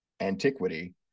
antiquity